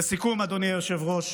לסיכום, אדוני היושב-ראש,